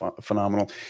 Phenomenal